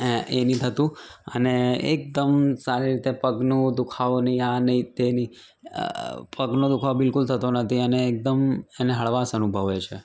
એ એ હતું અને એકદમ સારી રીતે પગનો દુઃખાવો નહીં આ નહીં તે નહીં પગનો દુઃખાવો બિલકુલ થતો નથી એને એકદમ એ હળવાશ અનુભવાય છે